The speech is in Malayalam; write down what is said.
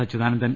അച്യു താനന്ദൻ